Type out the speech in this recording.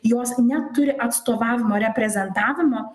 jos neturi atstovavimo reprezentavimo